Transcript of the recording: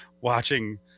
watching